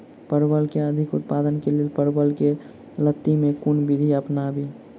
परवल केँ अधिक उत्पादन केँ लेल परवल केँ लती मे केँ कुन विधि अपनाबी?